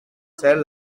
cel